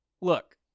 Look